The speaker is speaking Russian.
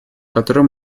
которую